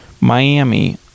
Miami